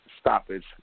stoppage